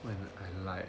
when I lie